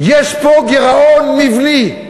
יש פה גירעון מבני.